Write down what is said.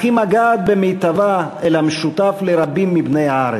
אך היא מגעת במיטבה אל המשותף לרבים מבני הארץ.